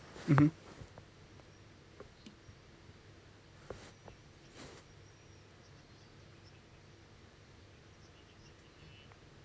mmhmm